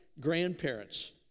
grandparents